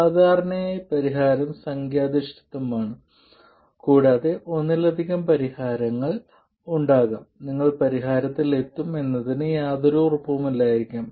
സാധാരണയായി പരിഹാരം സംഖ്യാധിഷ്ഠിതമാണ് കൂടാതെ ഒന്നിലധികം പരിഹാരങ്ങൾ ഉണ്ടാകാം നിങ്ങൾ പരിഹാരത്തിൽ എത്തും എന്നതിന് യാതൊരു ഉറപ്പുമില്ലായിരിക്കാം